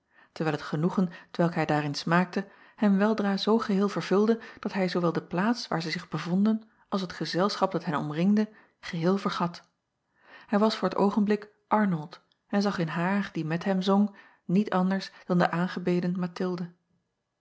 terwijl het genoegen t welk hij daarin smaakte hem weldra zoo geheel vervulde dat hij zoowel de plaats waar zij zich bevonden als t gezelschap dat hen omringde geheel vergat ij was voor t oogenblik rnold en zag in haar die met hem zong niet anders dan de aangebeden athilde